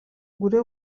gure